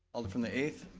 alder from the eighth.